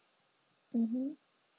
mmhmm